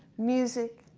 music,